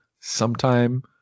sometime